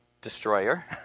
destroyer